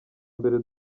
mbere